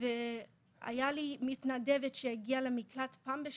והייתה לי מתנדבת שהגיעה למקלט שבו